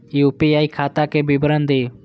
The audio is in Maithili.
यू.पी.आई खाता के विवरण दिअ?